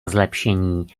zlepšení